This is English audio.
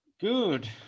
Good